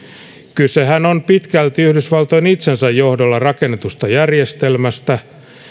kysehän on pitkälti yhdysvaltain itsensä johdolla rakennetusta järjestelmästä